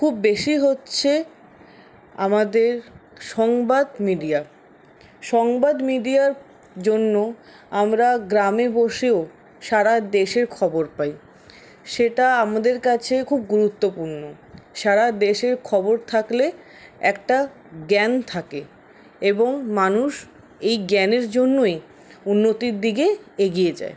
খুব বেশি হচ্ছে আমাদের সংবাদ মিডিয়া সংবাদ মিডিয়ার জন্য আমরা গ্রামে বসেও সারা দেশের খবর পাই সেটা আমাদের কাছে খুব গুরুত্বপূর্ণ সারা দেশের খবর থাকলে একটা জ্ঞান থাকে এবং মানুষ এই জ্ঞানের জন্যই উন্নতির দিকে এগিয়ে যায়